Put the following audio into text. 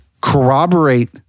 corroborate